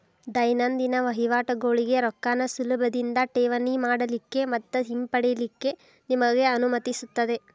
ದೈನಂದಿನ ವಹಿವಾಟಗೋಳಿಗೆ ರೊಕ್ಕಾನ ಸುಲಭದಿಂದಾ ಠೇವಣಿ ಮಾಡಲಿಕ್ಕೆ ಮತ್ತ ಹಿಂಪಡಿಲಿಕ್ಕೆ ನಿಮಗೆ ಅನುಮತಿಸುತ್ತದೆ